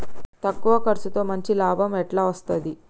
తక్కువ కర్సుతో మంచి లాభం ఎట్ల అస్తది?